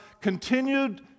continued